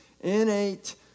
innate